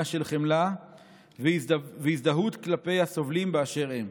של חמלה והזדהות כלפי הסובלים באשר הם.